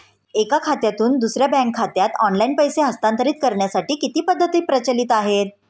एका खात्यातून दुसऱ्या बँक खात्यात ऑनलाइन पैसे हस्तांतरित करण्यासाठी किती पद्धती प्रचलित आहेत?